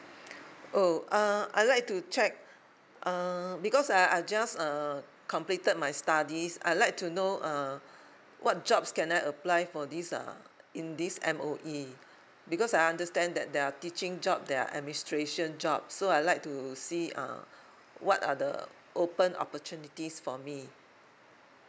oh uh I'd like to check uh because I I just uh completed my studies I'd like to know err what jobs can I apply for this uh in this M_O_E because I understand that there are teaching job there are administration job so I'd like to see uh what are the open opportunities for me